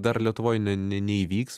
dar lietuvoj ne ne neįvyks